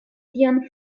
tion